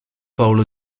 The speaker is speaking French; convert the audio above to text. paolo